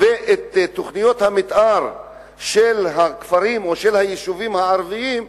ואת תוכניות המיתאר של הכפרים או של היישובים הערביים,